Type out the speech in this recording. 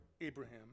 Abraham